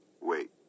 Wait